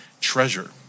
treasure